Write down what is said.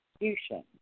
execution